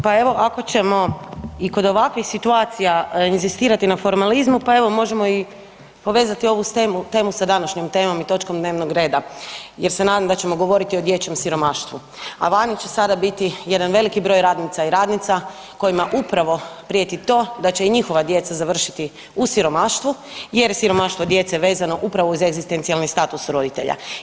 Pa evo ako ćemo i kod ovakvih situacija inzistirati na formalizmu pa evo možemo i povezati ovu temu sa današnjom temom i točkom dnevnog reda jer se nadam da ćemo govoriti i o dječjem siromaštvu, a vani će sada biti jedan veliki broj radnica i radnica kojima upravo prijeti to da će i njihova djeca završiti u siromaštvo jer siromaštvo djece je vezano upravo uz egzistencijalni status roditelja.